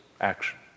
action